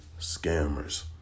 Scammers